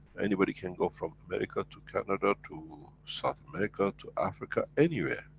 anybody can go from america, to canada, to south america, to africa, anywhere.